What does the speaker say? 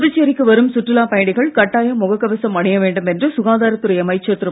புதுச்சேரிக்கு வரும் சுற்றுலாப் பயணிகள் கட்டாயம் முக்க் கவசம் அணிய வேண்டும் என்று சுகாதாரத் துறை அமைச்சர் திரு